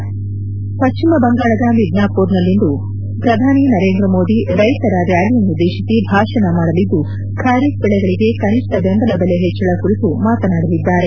ಮುಖ್ಯಾಂಶ ಪ್ಲಿಮ ಬಂಗಾಳದ ಮಿಡ್ನಾಪುರ್ನಲ್ಲಿಂದು ಪ್ರಧಾನಿ ನರೇಂದ್ರ ಮೋದಿ ರೈತರ ರ್ನಾಲಿಯನ್ನುದ್ದೇತಿಸಿ ಭಾಷಣ ಮಾಡಲಿದ್ಲು ಖಾರಿಫ್ ದೆಳೆಗಳಗೆ ಕನಿಷ್ಠ ಬೆಂಬಲ ಬೆಲೆ ಹೆಚ್ಚಳ ಕುರಿತು ಮಾತನಾಡಲಿದ್ದಾರೆ